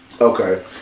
Okay